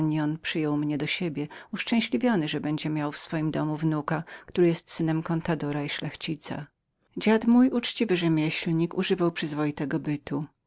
mnie do siebie uszczęśliwiony że miał w swoim domu wnuka który był synem contadora i szlachcica dżiaddziad mój uczciwy rzemieślnik używał przyzwoitego bytu